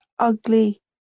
Ugly